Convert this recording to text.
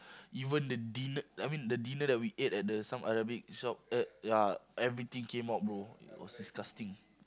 even the din~ I mean the dinner that we ate the some Arabic shop uh ya everything came out bro it was disgusting